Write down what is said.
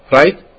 right